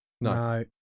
No